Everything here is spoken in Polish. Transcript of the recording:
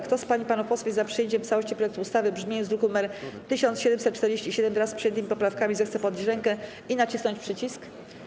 Kto z pań i panów posłów jest za przyjęciem w całości projektu ustawy w brzmieniu z druku nr 1747, wraz z przyjętymi poprawkami, zechce podnieść rękę i nacisnąć przycisk.